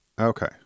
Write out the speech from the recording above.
Okay